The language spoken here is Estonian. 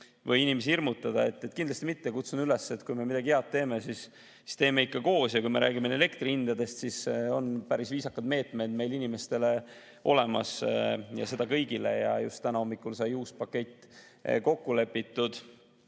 või inimesi hirmutada. Kindlasti mitte! Kutsun üles, et kui me teeme midagi head, siis teeme ikka koos. Ja kui me räägime elektri hindadest, siis meil on päris viisakad meetmed inimestele olemas ja seda kõigile. Just täna hommikul sai uus pakett kokku lepitud.